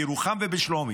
בירוחם ובשלומי.